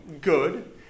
good